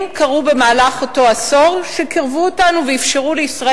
ובמהלך אותו עשור קרו דברים שקירבו אותנו ואפשרו לישראל